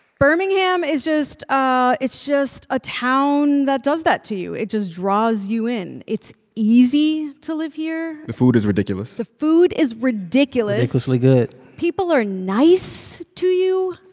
birmingham is just ah it's just a town that does that to you. it just draws you in. it's easy to live here the food is ridiculous the food is ridiculous ridiculously good people are nice to you.